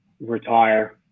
retire